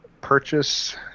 purchase